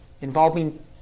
involving